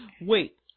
Wait